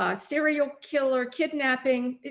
um serial killer, kidnapping.